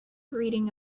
reading